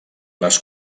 les